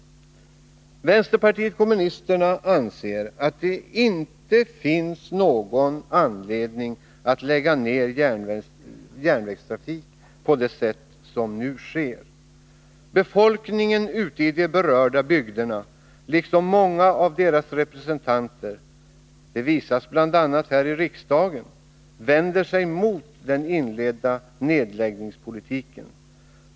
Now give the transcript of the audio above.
Vänsterpartiet kommunisterna anser att det inte finns någon anledning att lägga ner järnvägstrafik på det sätt som nu sker. Befolkningen ute i de berörda bygderna liksom många av deras representanter — det visas bl.a. här i riksdagen — vänder sig mot den inledda nedläggningspolitiken.